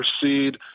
proceed